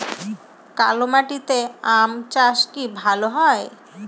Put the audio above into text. কালো মাটিতে আম চাষ কি ভালো হয়?